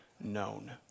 known